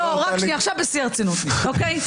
לא, רק שנייה, עכשיו ברצינות, אוקיי?